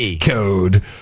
code